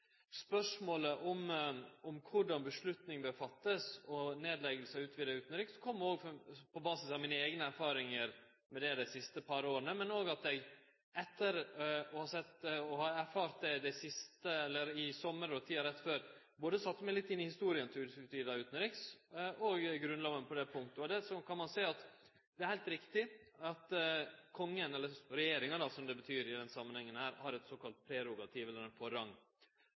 av den utvida utanrikskomiteen kom òg på basis av mine eigne erfaringar dei siste par åra, og at eg – etter det eg erfarte i sommar og tida rett før – sette meg litt inn i historia både til den utvida utanrikskomiteen og Grunnlova på det punktet. Det ein kan seie, er at det er heilt riktig at Kongen – eller regjeringa som det betyr i denne samanhengen – har eit såkalla prerogativ, eller ein